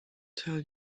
tell